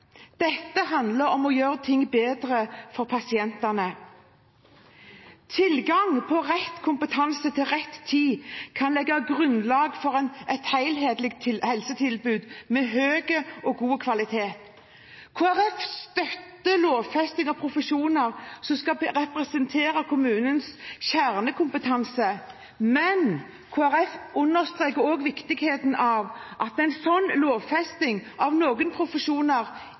Dette handler om å gjøre ting bedre for pasientene. Tilgang på rett kompetanse til rett tid kan legge grunnlag for et helhetlig helsetilbud med høy og god kvalitet. Kristelig Folkeparti støtter lovfesting av profesjoner som skal representere kommunens kjernekompetanse, men Kristelig Folkeparti understreker også viktigheten av at en sånn lovfesting av noen profesjoner